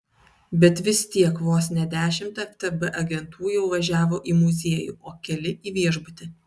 bet vis tiek vos ne dešimt ftb agentų jau važiavo į muziejų o keli į viešbutį